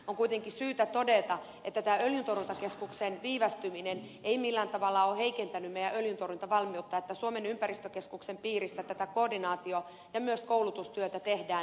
on kuitenkin syytä todeta että tämä öljyntorjuntakeskuksen viivästyminen ei millään tavalla ole heikentänyt meidän öljyntorjuntavalmiutta että suomen ympäristökeskuksen piirissä tätä koordinaatio ja myös koulutustyötä tehdään